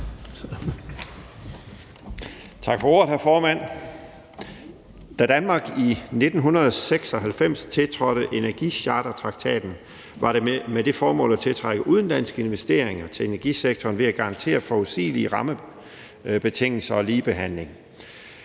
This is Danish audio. Tak for ordet, hr. formand. Da Danmark i 1996 tiltrådte energichartertraktaten, var det med det formål at tiltrække udenlandske investeringer til energisektoren ved at garantere forudsigelige rammebetingelser og ligebehandling.